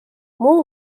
muu